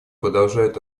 продолжают